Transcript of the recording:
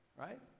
right